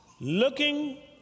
Looking